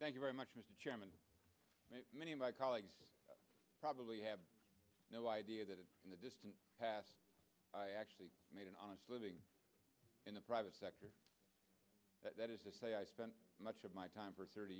thank you very much mr chairman many of my colleagues probably have no idea that in the distant past i actually made an honest living in the private sector that is to say i spent much of my time for thirty